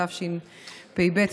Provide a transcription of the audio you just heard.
התשפ"ב.